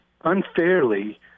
unfairly